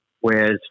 whereas